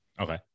okay